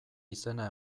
izena